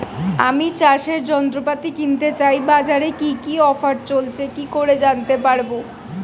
আমি চাষের যন্ত্রপাতি কিনতে চাই বাজারে কি কি অফার চলছে কি করে জানতে পারবো?